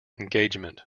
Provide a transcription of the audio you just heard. engagement